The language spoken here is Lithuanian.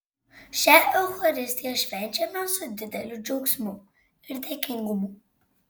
šią eucharistiją švenčiame su dideliu džiaugsmu ir dėkingumu